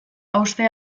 hauste